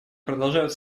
продолжают